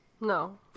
No